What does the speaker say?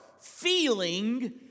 feeling